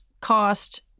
cost